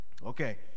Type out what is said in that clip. okay